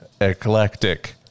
eclectic